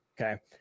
okay